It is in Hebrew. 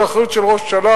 זו אחריות של ראש ממשלה,